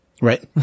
Right